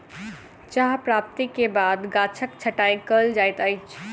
चाह प्राप्ति के बाद गाछक छंटाई कयल जाइत अछि